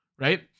right